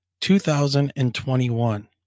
2021